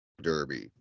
derby